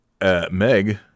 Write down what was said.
Meg